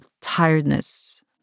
tiredness